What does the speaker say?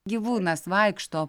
gyvūnas vaikšto